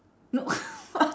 no